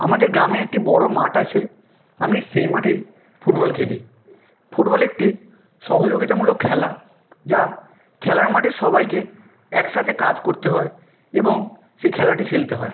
আমাদের গ্রামে একটি বড়ো মাঠ আছে আমি সেই মাঠেই ফুটবল খেলি ফুটবল একটি সহযোগিতামূলক খেলা যা খেলার মাঠে সবাইকে এক সাথে কাজ করতে হয় এবং সে খেলাটি খেলতে হয়